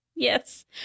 Yes